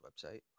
website